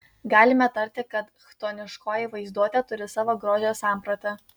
galime tarti kad chtoniškoji vaizduotė turi savo grožio sampratą